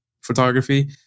photography